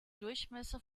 durchmesser